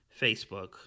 Facebook